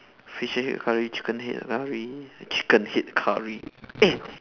fish head curry chicken head curry chicken head curry eh